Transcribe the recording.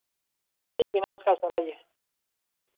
ठीक है नमस्कार सर आईए